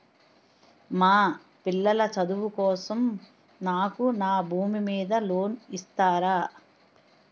మా పిల్లల చదువు కోసం నాకు నా భూమి మీద లోన్ ఇస్తారా?